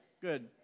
Good